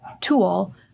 tool